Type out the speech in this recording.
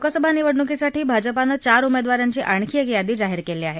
लोकसभा निवडणुकीसाठी भाजपानं चार उमेदवारांची आणखी एक यादी जाहीर केली आहे